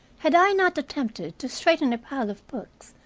had i not attempted to straighten a pile of books,